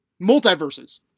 multiverses